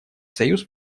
союз